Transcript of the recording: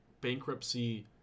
bankruptcy